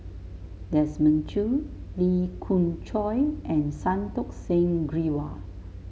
Desmond Choo Lee Khoon Choy and Santokh Singh Grewal